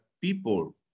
people